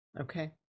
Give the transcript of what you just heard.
Okay